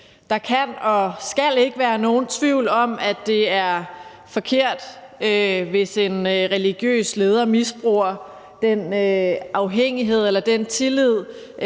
Der kan og skal ikke være nogen tvivl om, at det er forkert, hvis en religiøs leder misbruger den afhængighed eller tillid,